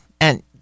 and-